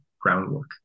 groundwork